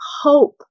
hope